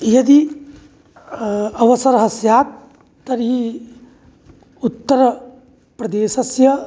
यदि अवसरः स्यात् तर्हि उत्तरप्रदेशस्य